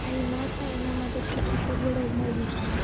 આવું ના થાય એના માટે પૂરતી સગવડો મળવી જોઈએ